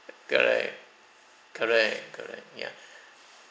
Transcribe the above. uh correct correct correct ya